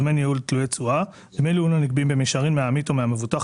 "דמי ניהול תלויי תשואה" דמי ניהול הנגבים במישרין מהעמית או מהמבוטח,